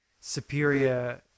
superior